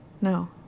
No